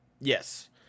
yes